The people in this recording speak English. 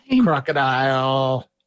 crocodile